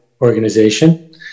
organization